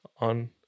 on